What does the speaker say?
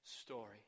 story